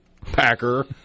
packer